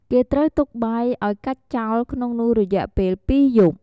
គេត្រូវទុកបាយឲ្យកាច់ចោលក្នុងនោះរយៈពេល២យប់។